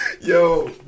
Yo